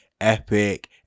epic